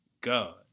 God